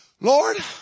Lord